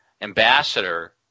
ambassador